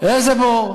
איזה בור?